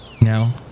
No